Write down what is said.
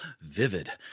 Vivid